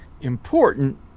important